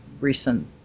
recent